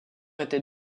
était